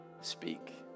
speak